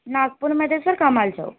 नागपूरमध्ये सर कमाल चौक